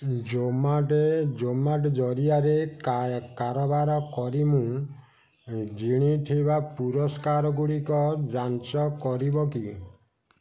Zomato ଜରିଆରେ କାରବାର କରି ମୁଁ ଜିଣିଥିବା ପୁରସ୍କାରଗୁଡ଼ିକ ଯାଞ୍ଚ କରିବ କି